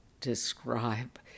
describe